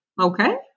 okay